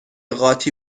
قاطی